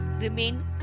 remain